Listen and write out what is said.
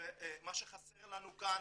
ומה שחסר לנו כאן